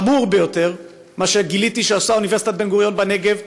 חמור ביותר מה שגיליתי שעשתה אוניברסיטת בן-גוריון בנגב,